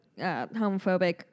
homophobic